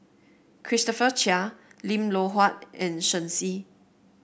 Christopher Chia Lim Loh Huat and Shen Xi